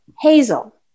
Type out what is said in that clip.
Hazel